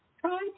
try